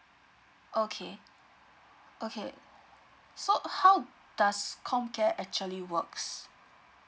okay okay so how does comcare actually works